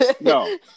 No